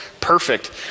Perfect